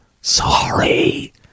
Sorry